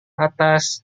atas